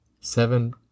Seven